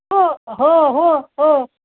हो हो हो हो